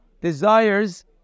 Desires